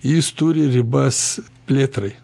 jis turi ribas plėtrai